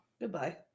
Goodbye